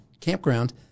campground